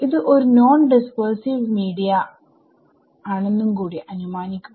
ഇത് ഒരു non dispersive media ആണെന്നും കൂടി അനുമാനിക്കുക